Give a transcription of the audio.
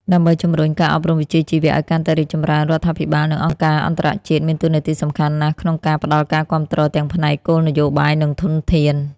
ដើម្បីជំរុញការអប់រំវិជ្ជាជីវៈឱ្យកាន់តែរីកចម្រើន រដ្ឋាភិបាល និងអង្គការអន្តរជាតិមានតួនាទីសំខាន់ណាស់ក្នុងការផ្តល់ការគាំទ្រទាំងផ្នែកគោលនយោបាយ និងធនធាន។